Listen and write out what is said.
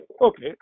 Okay